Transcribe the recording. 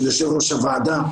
שהוא יושב ראש הוועדה,